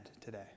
today